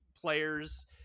players